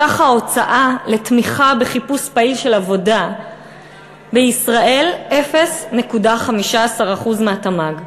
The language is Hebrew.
סך ההוצאה על תמיכה בחיפוש פעיל של עבודה בישראל הוא 0.15% מהתמ"ג,